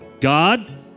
God